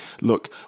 look